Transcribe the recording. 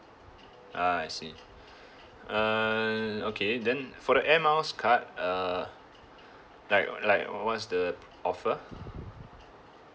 ah I see err okay then for the air miles card uh like like what's the offer